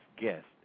guest